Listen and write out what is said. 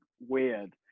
weird